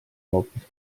hoopis